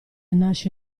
nasce